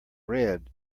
red